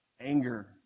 anger